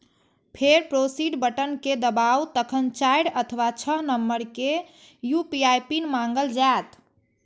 फेर proceed button कें दबाउ, तखन चारि अथवा छह नंबर के यू.पी.आई पिन मांगल जायत